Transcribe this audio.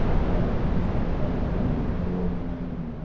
that mr fraser anning is already making,